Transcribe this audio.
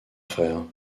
frère